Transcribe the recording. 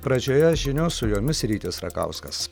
pradžioje žinios su jomis rytis rakauskas